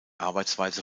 arbeitsweise